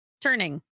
turning